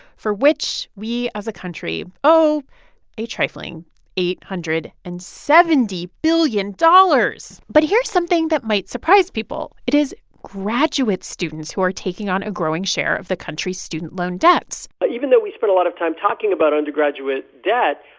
for which we as a country owe a trifling eight hundred and seventy billion dollars. but here's something that might surprise people. it is graduate students who are taking on a growing share of the country's student loan debts but even though we spent a lot of time talking about undergraduate debt,